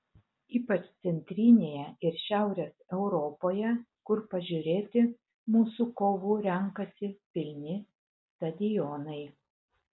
ypač centrinėje ir šiaurės europoje kur pažiūrėti mūsų kovų renkasi pilni stadionai